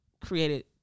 created